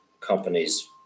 companies